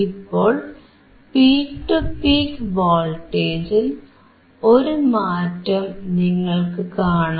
ഇപ്പോൾ peak to peak വോൾട്ടേജിൽ ഒരു മാറ്റം നിങ്ങൾക്കു കാണാം